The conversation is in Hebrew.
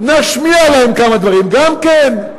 נשמיע להם כמה דברים גם כן,